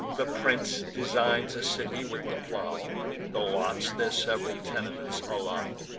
the prince designs a city with the plow the lots their sev'ral tenements allow.